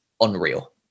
unreal